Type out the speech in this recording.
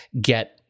get